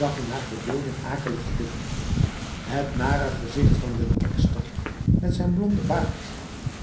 in haar verbeelding akelige dingen het nare gezicht van den ekster met zijn blonde baard